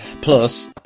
Plus